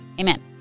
Amen